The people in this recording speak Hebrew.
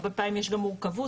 הרבה פעמים יש גם מורכבות,